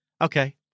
Okay